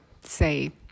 say